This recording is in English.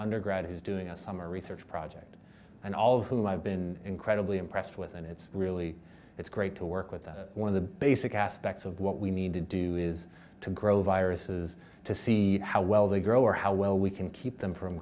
undergrad he's doing a summer research project and all of whom i've been incredibly impressed with and it's really it's great to work with that one of the basic aspects of what we need to do is to grow viruses to see how well they grow or how well we can keep them from